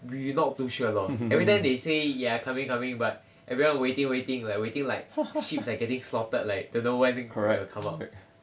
we not too sure lor every time they say ya coming coming but everyone waiting waiting waiting like sheeps are getting slaughtered like don't know when will come out